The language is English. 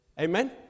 Amen